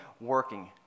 working